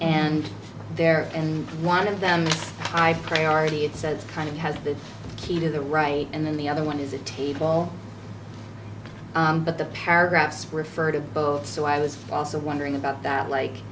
and they're and one of them high priority it says kind of has the key to the right and then the other one is a table but the paragraphs refer to both so i was also wondering about that like